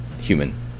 human